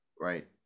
Right